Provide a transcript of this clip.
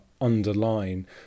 underline